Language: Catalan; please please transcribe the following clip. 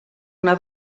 una